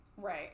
Right